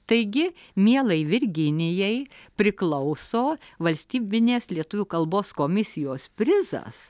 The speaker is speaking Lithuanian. taigi mielai virginijai priklauso valstybinės lietuvių kalbos komisijos prizas